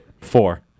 Four